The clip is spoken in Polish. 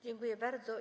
Dziękuję bardzo.